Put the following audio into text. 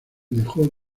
dejó